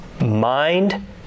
mind